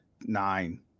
nine